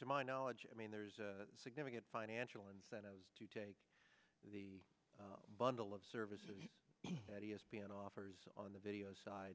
to my knowledge i mean there is a significant financial incentive to take the bundle of services that e s p n offers on the video side